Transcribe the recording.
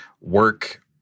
work